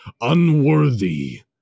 Unworthy